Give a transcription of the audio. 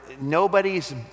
nobody's